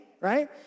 right